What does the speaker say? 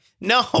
no